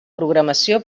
programació